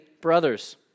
brothers